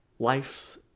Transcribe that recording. Life's